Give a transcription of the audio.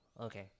Okay